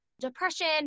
depression